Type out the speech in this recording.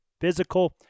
Physical